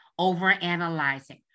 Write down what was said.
overanalyzing